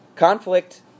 Conflict